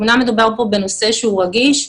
אומנם מדובר פה בנושא שהוא רגיש,